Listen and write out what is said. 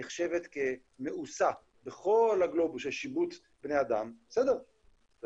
אני חושבת שמה שפרופסור פרידמן אומר